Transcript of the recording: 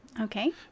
Okay